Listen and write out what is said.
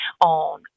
on